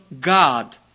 God